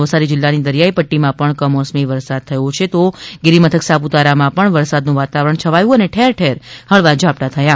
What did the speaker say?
નવસારી જીલ્લાની દરિયાઈ પદ્દીમાં કમોસમી વરસાદ થયો છે તો ગિરિમથક સાપુતારામાં પણ વરસાદનું વાતાવરણ છવાયું છે ને ઠેર ઠેર હળવા ઝાપટાં થયા છે